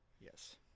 Yes